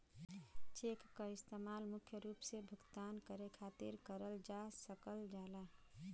check क इस्तेमाल मुख्य रूप से भुगतान करे खातिर करल जा सकल जाला